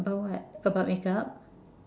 about what about makeup